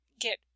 get